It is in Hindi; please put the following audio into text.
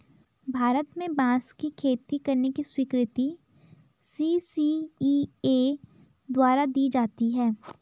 भारत में बांस की खेती करने की स्वीकृति सी.सी.इ.ए द्वारा दी जाती है